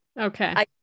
okay